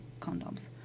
condoms